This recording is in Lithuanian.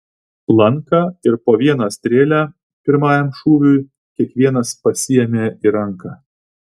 lanką ir po vieną strėlę pirmajam šūviui kiekvienas pasiėmė į ranką